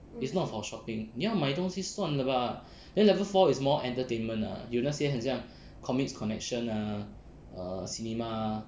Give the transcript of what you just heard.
it's not for shopping 你要买东西算了吧 then level four is more entertainment ah 有那些很像 Comics Connection ah err cinema ah